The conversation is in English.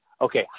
okay